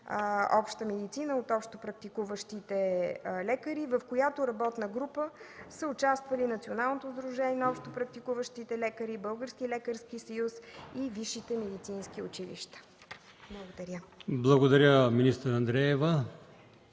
„Обща медицина” от общопрактикуващите лекари, в която работна група са участвали Националното сдружение на общопрактикуващите лекари, Българският лекарски съюз и висшите медицински училища. Благодаря. ПРЕДСЕДАТЕЛ АЛИОСМАН